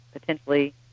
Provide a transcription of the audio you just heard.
potentially